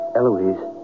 Eloise